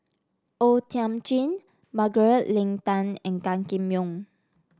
O Thiam Chin Margaret Leng Tan and Gan Kim Yong